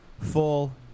full